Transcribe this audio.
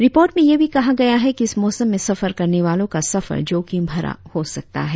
report में यह भी कहा गया है कि इस मौसम में सफर करने वालों का सफर जौखिम भरा हो सकता है